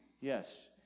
Yes